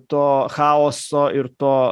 to chaoso ir to